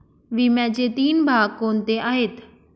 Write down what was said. विम्याचे तीन भाग कोणते आहेत?